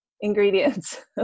ingredients